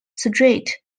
strait